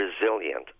resilient